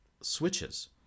switches